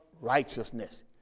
righteousness